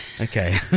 okay